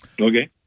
Okay